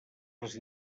les